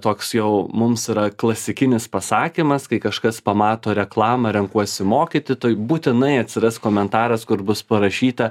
toks jau mums yra klasikinis pasakymas kai kažkas pamato reklamą renkuosi mokyti tai būtinai atsiras komentaras kur bus parašyta